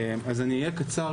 אני אהיה קצר,